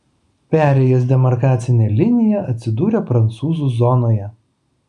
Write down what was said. perėjęs demarkacinę liniją atsidūrė prancūzų zonoje